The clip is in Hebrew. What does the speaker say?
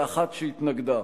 ואחת שהתנגדה,